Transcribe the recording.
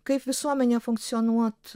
kaip visuomenė funkcionuot